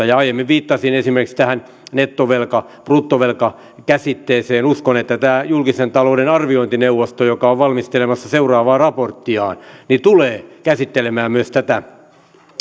ja aiemmin viittasin esimerkiksi tähän nettovelka bruttovelka käsitteeseen uskon että tämä julkisen talouden arviointineuvosto joka on valmistelemassa seuraavaa raporttiaan tulee käsittelemään myös tätä